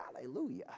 hallelujah